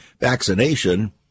vaccination